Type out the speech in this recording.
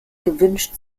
gewünscht